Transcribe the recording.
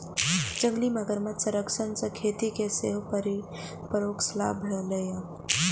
जंगली मगरमच्छ संरक्षण सं खेती कें सेहो परोक्ष लाभ भेलैए